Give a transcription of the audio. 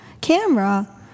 camera